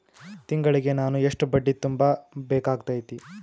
ತಿಂಗಳಿಗೆ ನಾನು ಎಷ್ಟ ಬಡ್ಡಿ ತುಂಬಾ ಬೇಕಾಗತೈತಿ?